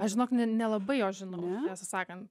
aš žinok ne nelabai jo žinau tiesą sakant